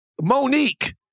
Monique